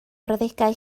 brawddegau